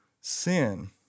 sin